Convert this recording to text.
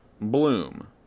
bloom